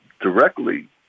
directly